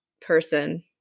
person